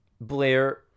blair